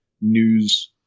news